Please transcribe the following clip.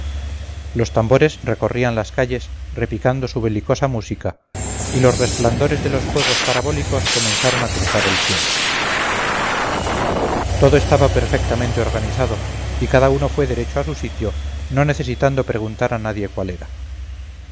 los tambores recorrían las calles repicando su belicosa música y los resplandores de los fuegos parabólicos comenzaron a cruzar el cielo todo estaba perfectamente organizado y cada uno fue derecho a su sitio no necesitando preguntar a nadie cuál era